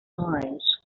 sometimes